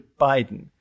biden